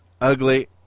ugly